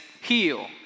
heal